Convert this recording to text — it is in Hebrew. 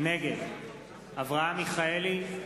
נגד אברהם מיכאלי,